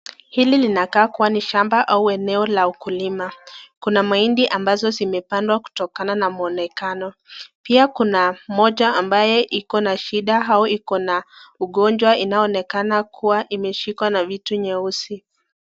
Hili linakaa kuwa ni shamba ama eneo la ukulima. Kuna mahindi ambazo zimepandwa kutokana na muonekano. Pia moja ambaye iko na shida au iko na ugonjwa inayoonekana kuwa imeshikwa na vitu nyeusi.